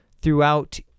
throughout